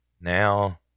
now